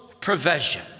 Provision